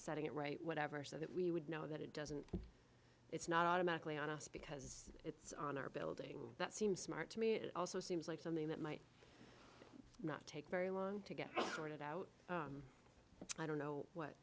setting it right whatever so that we would know that it doesn't it's not a mackley on us because it's on our building that seems smart to me it also seems like something that might not take very long to get sorted out i don't know what